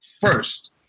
first